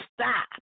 stop